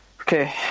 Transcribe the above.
Okay